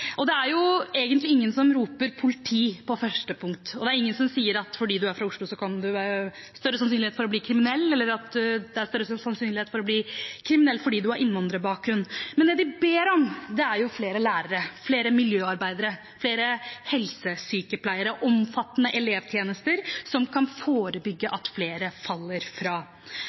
Det er egentlig ingen som roper politi på første punkt, og det er ingen som sier at fordi man er fra Oslo, har man større sannsynlighet for å bli kriminell, eller at det er større sannsynlighet for å bli kriminell fordi man har innvandrerbakgrunn. Det folk ber om, er flere lærere, flere miljøarbeidere, flere helsesykepleiere – omfattende elevtjenester som kan forebygge at flere faller